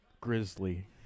grizzly